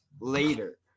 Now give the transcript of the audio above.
later